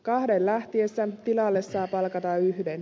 kahden lähtiessä tilalle saa palkata yhden